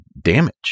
damage